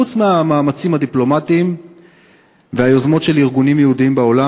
חוץ מהמאמצים הדיפלומטיים והיוזמות של ארגונים יהודיים בעולם,